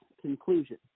conclusion